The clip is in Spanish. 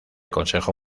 consejo